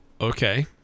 Okay